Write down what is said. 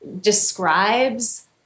describes